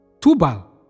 Tubal